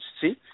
See